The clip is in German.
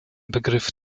begriff